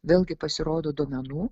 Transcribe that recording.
vėlgi pasirodo duomenų